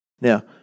Now